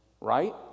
right